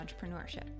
Entrepreneurship